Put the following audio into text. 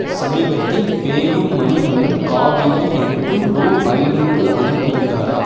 சமீபத்தில் பேயூமனி மூலம் காவினி எனக்கு ரூபா ஐந்நூறு அனுப்பி இருந்தாரா